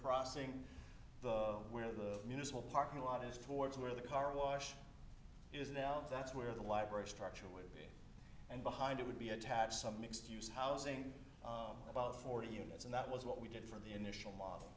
crossing though where the municipal parking lot is towards where the car wash is now that's where the library structure would be and behind it would be attach some excuse housing about forty units and that was what we did for the initial model